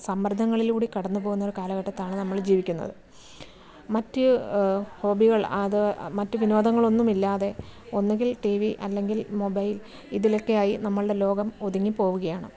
സമ്മർദ്ദങ്ങളിലൂടെ കടന്ന് പോകുന്ന ഒരു കാലഘട്ടത്താണ് നമ്മൾ ജീവിക്കുന്നത് മറ്റ് ഹോബികൾ അത് മറ്റ് വിനോദങ്ങളൊന്നും ഇല്ലാതെ ഒന്നുകിൽ ടി വി അല്ലെങ്കിൽ മൊബൈൽ ഇതിലൊക്കെയായി നമ്മളുടെ ലോകം ഒതുങ്ങി പോവുകയാണ്